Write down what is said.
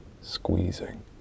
Squeezing